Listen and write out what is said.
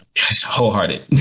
Wholehearted